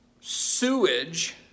sewage